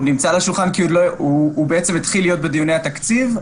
הוא נמצא על השולחן כי הוא בעצם התחיל להיות בדיוני התקציב.